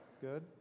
Good